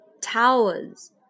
Towers